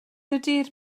ydy